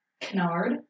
Canard